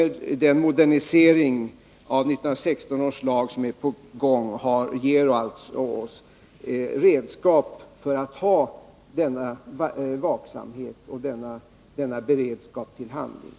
Den modernisering av 1916 års lag som är på gång ger oss redskap för att kunna tillämpa denna vaksamhet och ha denna beredskap till handling.